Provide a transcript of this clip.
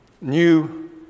New